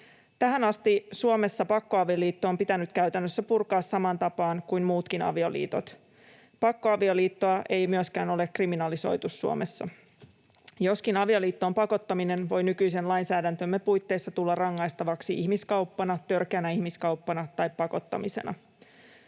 Tähän asti Suomessa pakkoavioliitto on pitänyt käytännössä purkaa samaan tapaan kuin muutkin avioliitot. Pakkoavioliittoa ei myöskään ole kriminalisoitu Suomessa, joskin avioliittoon pakottaminen voi nykyisen lainsäädäntömme puitteissa tulla rangaistavaksi ihmiskauppana, törkeänä ihmiskauppana tai pakottamisena.